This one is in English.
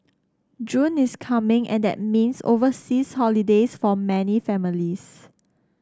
June is coming and that means overseas holidays for many families